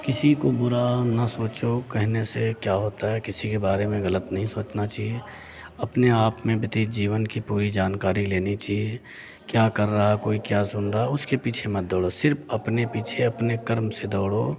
किसी को बुरा ना सोचो कहने से क्या होता है किसी के बारे में ग़लत नहीं सोचना चाहिए अपने आप में व्यतीत जीवन की पूरी जानकारी लेनी चाहिए क्या कर रहा है कोई क्या सुन रहा उसके पीछे मत दौड़ो सिर्फ अपने पीछे अपने कर्म से दौड़ो